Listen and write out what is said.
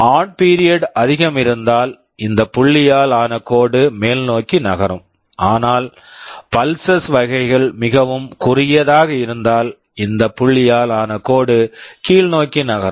on period on period அதிகம் இருந்தால் இந்த புள்ளியால் ஆன கோடு மேல் நோக்கி நகரும் ஆனால் பல்ஸஸ் வகைகள் மிகவும் குறுகியதாக இருந்தால் இந்த புள்ளியால் ஆன கோடு கீழ் நோக்கி நகரும்